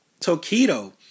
Tokido